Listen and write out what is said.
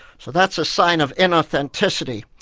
so that's a sign of inauthenticity,